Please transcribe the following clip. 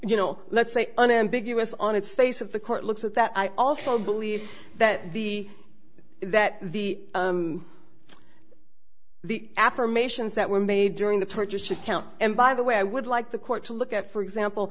you know let's say unambiguous on its face of the court looks at that i also believe that the the that the affirmations that were made during the torch account and by the way i would like the court to look at for example